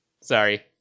Sorry